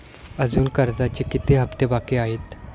अजुन कर्जाचे किती हप्ते बाकी आहेत?